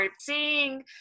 seeing